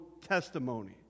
testimony